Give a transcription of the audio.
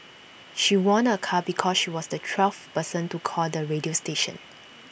she won A car because she was the twelfth person to call the radio station